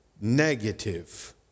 negative